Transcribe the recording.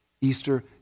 Easter